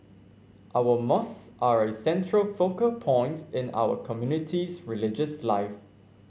our mosques are a central focal point in our community's religious life